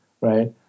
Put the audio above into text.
right